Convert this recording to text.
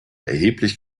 erheblich